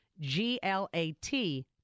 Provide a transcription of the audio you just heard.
g-l-a-t